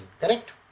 Correct